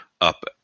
up